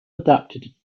adapted